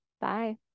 Bye